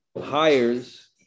hires